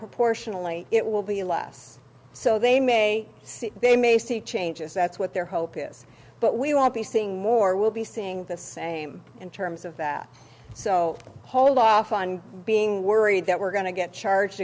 proportionally it will be less so they may they may see changes that's what their hope is but we will be seeing more we'll be seeing the same in terms of that so hold off on being worried that we're going to get charged